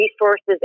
resources